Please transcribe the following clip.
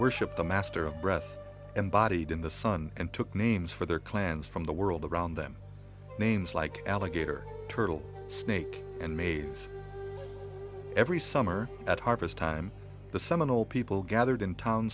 worshiped the master of breath and body in the sun and took names for their clans from the world around them names like alligator turtle snake and maize every summer at harvest time the seminal people gathered in town